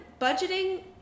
budgeting